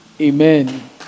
Amen